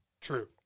True